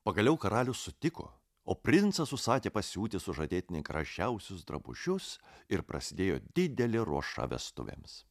pagaliau karalius sutiko o princas užsakė pasiūti sužadėtinei prasčiausius drabužius ir prasidėjo didelė ruoša vestuvėms